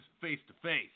face-to-face